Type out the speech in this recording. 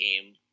game